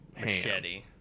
Machete